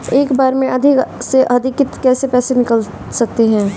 एक बार में अधिक से अधिक कितने पैसे भेज सकते हैं?